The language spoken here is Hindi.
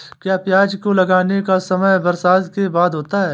क्या प्याज को लगाने का समय बरसात के बाद होता है?